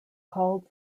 called